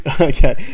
Okay